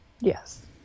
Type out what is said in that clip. Yes